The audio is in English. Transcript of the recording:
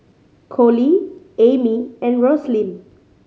Coley Amy and Roslyn